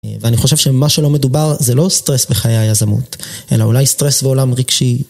ואני חושב שמה שלא מדובר זה לא סטרס בחיי היזמות, אלא אולי סטרס בעולם רגשי.